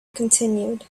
continued